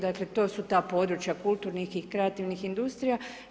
Dakle, to su ta područja kulturnih i kreativnih industrija.